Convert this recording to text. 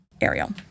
Ariel